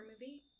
movie